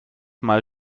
mal